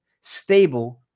stable